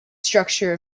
structure